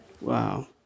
Wow